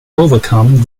overcome